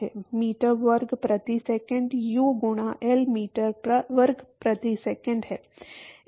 metre वर्ग प्रति second U गुणा एल मीटर वर्ग प्रति सेकंड है